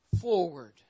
Forward